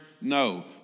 No